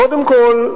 קודם כול,